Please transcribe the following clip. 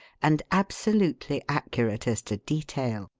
and absolutely accurate as to detail.